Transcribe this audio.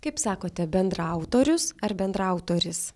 kaip sakote bendraautorius ar bendraautoris